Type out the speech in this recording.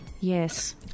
Yes